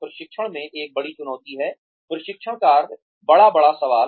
प्रशिक्षण में एक बड़ी चुनौती है प्रशिक्षण कार्य बड़ा बड़ा सवाल